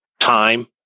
time